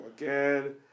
again